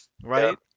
right